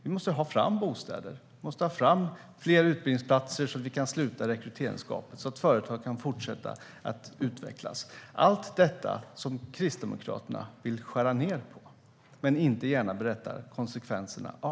Vi måste få fram bostäder. Vi måste få fler utbildningsplatser, så att vi kan sluta rekryteringsgapet och så att företag kan fortsätta att utvecklas. Allt detta vill Kristdemokraterna skära ned på, men de berättar inte gärna om konsekvenserna.